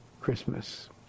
Christmas